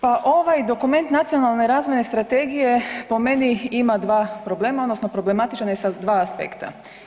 Pa ovaj dokument Nacionalne razvojne strategije po meni ima dva problema odnosno problematičan je sa dva aspekta.